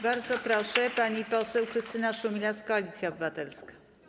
Bardzo proszę, pani poseł Krystyna Szumilas, Koalicja Obywatelska.